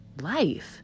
Life